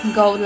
go